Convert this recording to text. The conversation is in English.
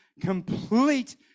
complete